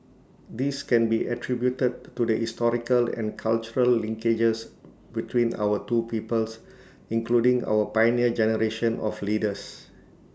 this can be attributed to the historical and cultural linkages between our two peoples including our Pioneer Generation of leaders